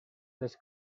les